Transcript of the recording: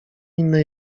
inne